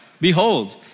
behold